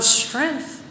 strength